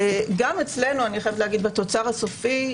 גם אצלנו בתוצר הסופי,